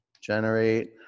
Generate